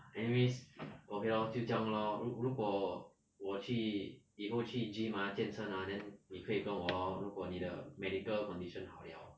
anyways okay lor 就将 lor 如果我去以后去 gym ah 健身 ah then 你可以跟我 lor 如果你的 medical condition 好 liao